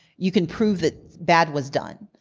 you can prove that bad was done.